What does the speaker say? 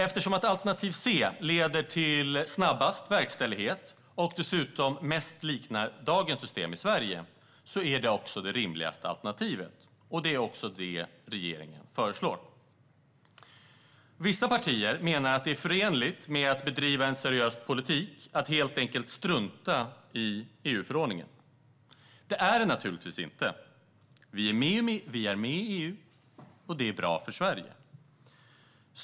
Eftersom det tredje alternativet leder till snabbast verkställighet och dessutom är det som mest liknar dagens system i Sverige är detta det rimligaste alternativet. Det är också det alternativ som regeringen föreslår. Vissa partier menar att det är förenligt med att bedriva en seriös politik att helt enkelt strunta i EU-förordningen. Det är det naturligtvis inte. Vi är med i EU, och det är bra för Sverige.